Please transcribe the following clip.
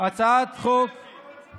ויריצו את מיקי לוי.